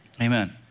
Amen